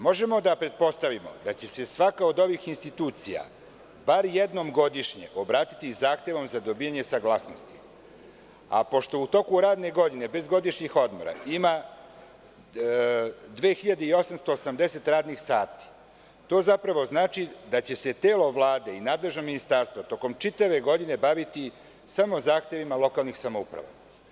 Možemo da pretpostavimo da će se svaka od ovih institucija bar jednom godišnje obratiti zahtevom za dobijanje saglasnosti, a pošto u toku radne godine, bez godišnjih odmora ima 2.880.00 radnih sati to zapravo znači da će se telo Vlade i nadležna ministarstva tokom čitave godine baviti samo zahtevima lokalnih samouprava.